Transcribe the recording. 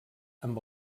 amb